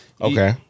Okay